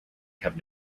have